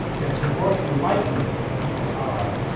that the more enlightened the people are,